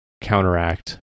counteract